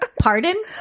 pardon